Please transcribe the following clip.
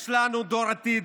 יש לנו דור עתיד,